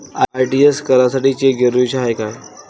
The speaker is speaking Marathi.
आर.टी.जी.एस करासाठी चेक जरुरीचा हाय काय?